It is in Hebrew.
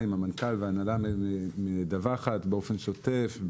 המנכ"ל וההנהלה מדווחים באופן שוטף,